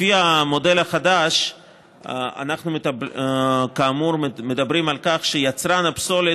לפי המודל החדש אנחנו כאמור מדברים על כך שיצרן הפסולת